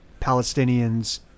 Palestinians